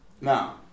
Now